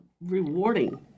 rewarding